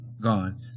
gone